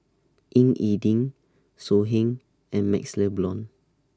Ying E Ding So Heng and MaxLe Blond